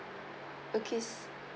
okay